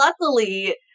Luckily